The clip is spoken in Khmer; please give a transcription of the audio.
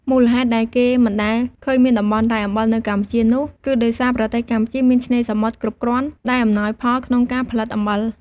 មូលហេតុដែលគេមិនដែលឃើំញមានតំបន់រ៉ែអំបិលនៅកម្ពុជានោះ គឺដោយសារប្រទេសកម្ពុជាមានឆ្នេរសមុទ្រគ្រប់គ្រាន់ ដែលអំណោយផលក្នុងការផលិតអំបិល។